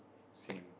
same